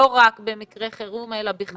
לא רק במקרי חירום, אלא בכלל.